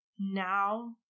now